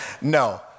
no